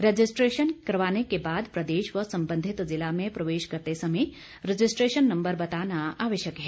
registration करवाने के बाद प्रदेश व संबंधित ज़िला में प्रवेश करते समय रजिस्ट्रेशन नंबर बताना आवश्यक है